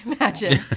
imagine